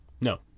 No